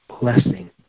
blessing